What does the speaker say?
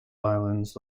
islands